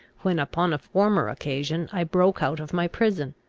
when, upon a former occasion, i broke out of my prison.